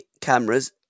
cameras